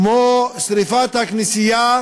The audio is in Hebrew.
כמו שרפה של הכנסייה